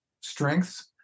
strengths